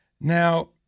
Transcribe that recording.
Now